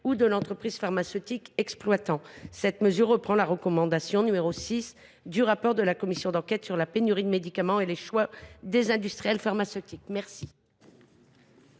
ou de l’entreprise pharmaceutique exploitante. Cette mesure reprend la recommandation n° 6 du rapport de la commission d’enquête du Sénat sur la pénurie de médicaments et les choix des industriels pharmaceutiques.